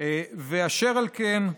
אשר על כן,